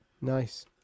Nice